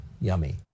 yummy